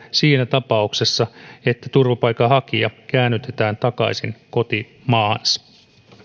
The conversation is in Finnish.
siinä tapauksessa että turvapaikanhakija käännytetään takaisin kotimaahansa